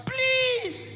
Please